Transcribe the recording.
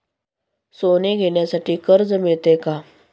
सोने घेण्यासाठी कर्ज मिळते का?